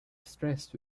stressed